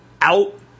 out